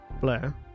Blair